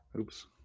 oops